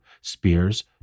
spears